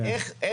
כן.